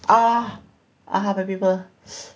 ah I have a pimple